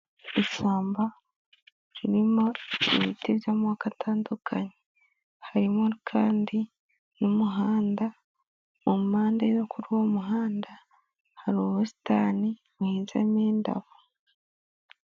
Ishyamba ririmo ibiti by'amoko atandukanye, harimo kandi n'umuhanda, mu mpande yo kuri uwo muhanda hari ubusitani buhinzemo indabo.